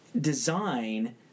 design